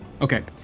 Okay